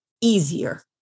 easier